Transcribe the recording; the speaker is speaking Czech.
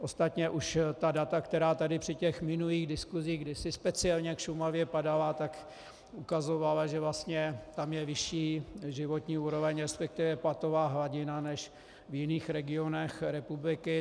Ostatně už ta data, která tady při minulých diskusích kdysi speciálně k Šumavě padala, tak ukazovala, že vlastně tam je vyšší životní úroveň, resp. platová hladina než v jiných regionech republiky.